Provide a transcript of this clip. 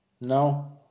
No